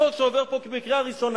חוק שעובר פה בקריאה ראשונה,